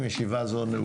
ישיבה זו נעולה.